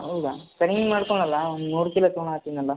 ಹೌದ ಕಡ್ಮೆ ಮಾಡ್ಕೊಳೋಲ್ಲ ಒಂದು ಮೂರು ಕಿಲೋ ತಗೊಳ್ಳಾತ್ತೀನಲ್ಲ